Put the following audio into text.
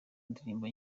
ndirimbo